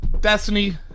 Destiny